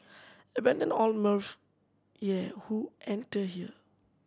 abandon all mirth ye who enter here